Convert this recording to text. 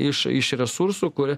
iš iš resursų kur